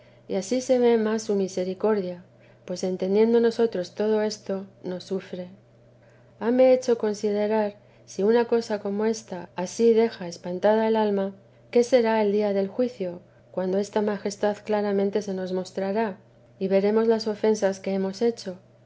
y ansí se ve más su misericordia pues entendiendo nosotros todo esto nos sufre harne hecho considerar si una cosa como ésta ansí deja espantada el alma qué será el día del juicio cuando esta majestad claramente se nos mostrará y veremos las ofensas que hemos hecho